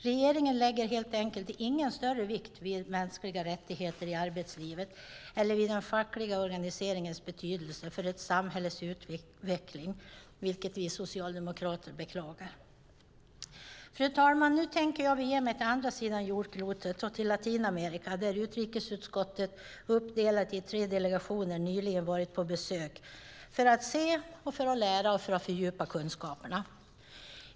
Regeringen lägger helt enkelt ingen större vikt vid mänskliga rättigheter i arbetslivet eller vid den fackliga organiseringens betydelse för ett samhälles utveckling, vilket vi socialdemokrater beklagar. Fru talman! Nu tänker jag bege mig till andra sidan jordklotet och till Latinamerika, där utrikesutskottet uppdelat i tre delegationer nyligen varit på besök för att se, lära och fördjupa kunskaperna.